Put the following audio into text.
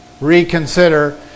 reconsider